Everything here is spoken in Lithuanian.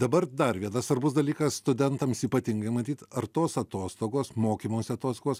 dabar dar vienas svarbus dalykas studentams ypatingai matyt ar tos atostogos mokymosi atostogos